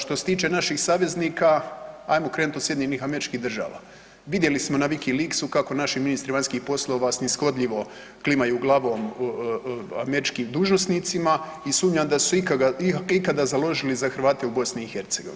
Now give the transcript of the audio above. Što se tiče naših saveznika hajmo krenuti od od SAD-a, vidjeli smo na Wikileaksu kako naši ministri vanjskih poslova sniskodljivo klimaju glavom američkim dužnosnicima i sumnjam da su se ikoga, ikada založili za Hrvate u BiH.